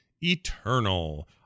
Eternal